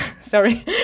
sorry